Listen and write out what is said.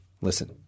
Listen